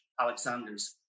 Alexander's